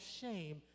shame